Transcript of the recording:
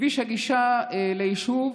כביש הגישה ליישוב,